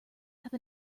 have